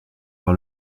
par